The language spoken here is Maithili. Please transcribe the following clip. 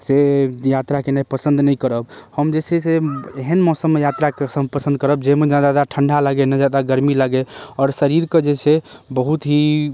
से यात्रा केनाइ पसन्द नहि करब हम जे छै से एहन मौसममे यात्रा पसन्द करब जाहिमे ने जादा ठण्डा लागै ने जादा गर्मी लागै आोर शरीरके जे छै बहुत ही